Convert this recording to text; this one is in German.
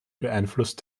beeinflusst